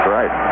Right